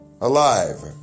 alive